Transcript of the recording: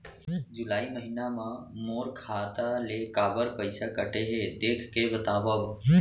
जुलाई महीना मा मोर खाता ले काबर पइसा कटे हे, देख के बतावव?